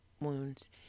wounds